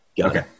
Okay